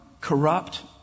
corrupt